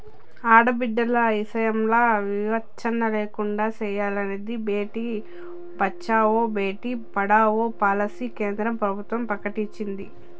ఆడబిడ్డల ఇసయంల వివచ్చ లేకుండా సెయ్యాలని బేటి బచావో, బేటీ పడావో పాలసీని కేంద్ర ప్రభుత్వం ప్రకటించింది